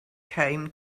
came